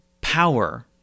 power